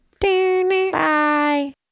bye